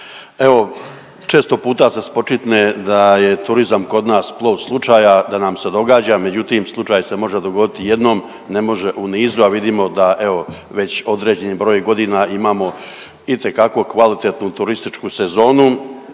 Evo često puta se spočitne da je turizam kod nas …/Govornik se ne razumije./… slučaja, da nam se događa, međutim slučaj se može dogoditi jednom, ne može u nizu, a vidimo da evo već određeni broj godina imamo itekako kvalitetnu turističku sezonu,